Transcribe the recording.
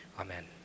Amen